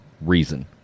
reason